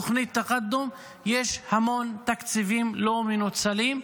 תוכנית תקאדום, המון תקציבים לא מנוצלים.